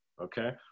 okay